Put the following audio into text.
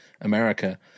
America